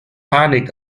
panik